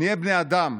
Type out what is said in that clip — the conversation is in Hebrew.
נהיה בני אדם,